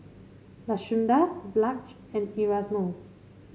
Lashunda Blanch and Erasmo